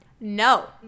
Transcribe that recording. no